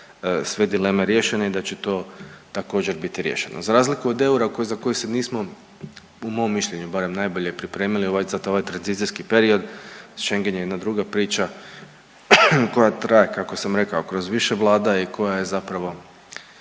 sve dileme riješene i da će to također biti riješeno. Za razliku od eura za koji se nismo po mom mišljenju barem najbolje pripremili za ovaj tranzicijski period, Schengen je jedna druga priča koja traje kako sam rekao kroz više vlada i koje je zapravo,